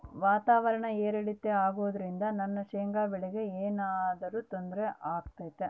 ವಾತಾವರಣ ಏರಿಳಿತ ಅಗೋದ್ರಿಂದ ನನ್ನ ಶೇಂಗಾ ಬೆಳೆಗೆ ಏನರ ತೊಂದ್ರೆ ಆಗ್ತೈತಾ?